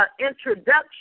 introduction